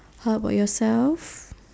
how about yourself